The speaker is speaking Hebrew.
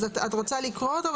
אז את רוצה לקרוא אותו,